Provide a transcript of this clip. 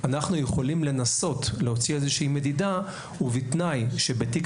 יכולים לנסות להוציא איזושהי מדידה ובתנאי שבתיק